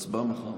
ההצבעה מחר.